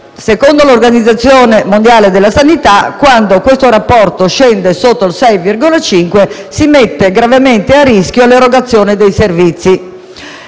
secondo l'Organizzazione mondiale della sanità, quando questo rapporto scende sotto il 6,5 per cento, si mette gravemente a rischio l'erogazione dei servizi.